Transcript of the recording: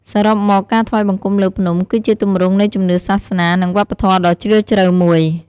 សរុបមក ការថ្វាយបង្គំលើភ្នំ គឺជាទម្រង់នៃជំនឿសាសនា និងវប្បធម៌ដ៏ជ្រាលជ្រៅមួយ។